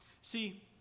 see